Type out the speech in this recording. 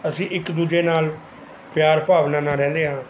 ਅਸੀਂ ਇੱਕ ਦੂਜੇ ਨਾਲ਼ ਪਿਆਰ ਭਾਵਨਾ ਨਾਲ਼ ਰਹਿੰਦੇ ਹਾਂ